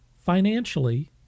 financially